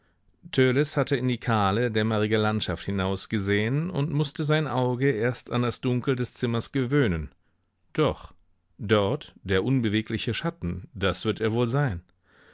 hatte in die kahle dämmerige landschaft hinausgesehen und mußte sein auge erst an das dunkel des zimmers gewöhnen doch dort der unbewegliche schatten das wird er wohl sein